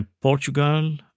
Portugal